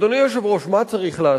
אדוני היושב-ראש, מה צריך לעשות?